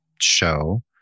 show